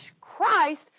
Christ